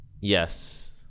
Yes